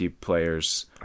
players